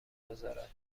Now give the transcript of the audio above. گذارد